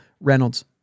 Reynolds